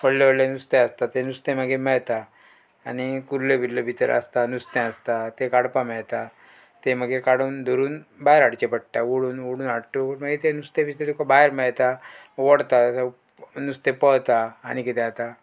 व्हडले व्हडले नुस्तें आसता तें नुस्तें मागीर मेळता आनी कुर्ले बिल्ले भितर आसता नुस्तें आसता तें काडपाक मेळता तें मागीर काडून धरून भायर हाडचें पडटा ओडून ओडून हाडटा मागीर तें नुस्तें भितर तुका भायर मेळता वोडता नुस्तें पळता आनी कितें जाता